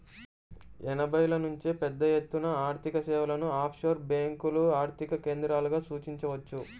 ఎనభైల నుంచే పెద్దఎత్తున ఆర్థికసేవలను ఆఫ్షోర్ బ్యేంకులు ఆర్థిక కేంద్రాలుగా సూచించవచ్చు